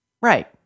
Right